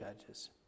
judges